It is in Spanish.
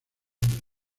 del